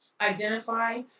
identify